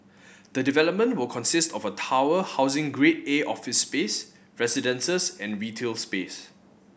the development will consist of a tower housing Grade A office space residences and retail space